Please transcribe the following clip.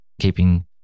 keeping